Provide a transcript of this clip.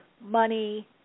money